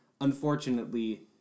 Unfortunately